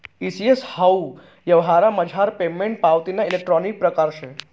E CS हाऊ यवहारमझार payment पावतीना इलेक्ट्रानिक परकार शे